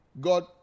God